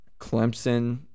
Clemson